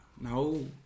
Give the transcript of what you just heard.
no